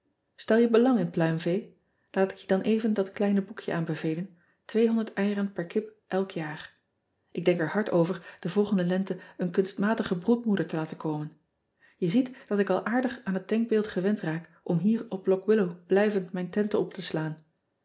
tel je belang in pluimvee aat ik je dan even dat kleine boekje aanbevelen eieren per kip elk jaar k denk er hard over de volgende lente een kunstmatige broedmoeder te laten komen e ziet dat ik al aardig aan het denkbeeld gewend raak om hier op ock illow blijvend mijn tenten op te slaan